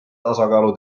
tasakaalu